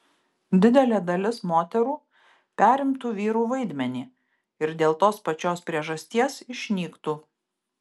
didelė dalis moterų perimtų vyrų vaidmenį ir dėl tos pačios priežasties išnyktų